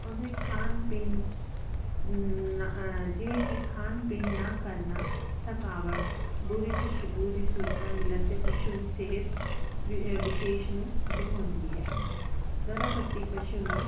ਉਹਦੇ ਖਾਣ ਪੀਣ ਜਿਵੇਂ ਕਿ ਖਾਣ ਪੀਣ ਨਾ ਕਰਨਾ ਥਕਾਵਟ ਬੁਰੀ ਖੁਸ਼ਬੂ ਦੀ ਸੂਚਨਾ ਮਿਲਣ 'ਤੇ ਪਸ਼ੂ ਦੀ ਸਿਹਤ ਵਿਸ਼ੇਸ਼ ਨੂੰ ਦਿਖਾਉਂਦੀ ਹੈ ਗਰਭਵਤੀ ਪਸ਼ੂ ਨੂੰ